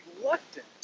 reluctant